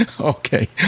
Okay